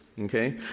Okay